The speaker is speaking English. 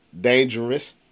dangerous